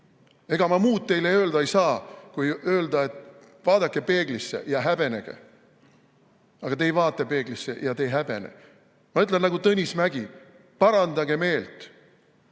Ega ma muud teile öelda ei saa kui seda, et vaadake peeglisse ja häbenege. Aga te ei vaata peeglisse ja te ei häbene. Ma ütlen nagu Tõnis Mägi: parandage meelt!